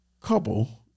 couple